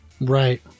Right